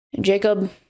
Jacob